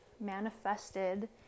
manifested